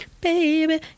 Baby